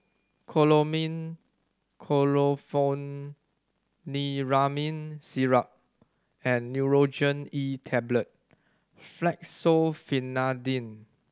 Chlormine Chlorpheniramine Syrup and Nurogen E Tablet Fexofenadine